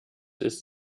ist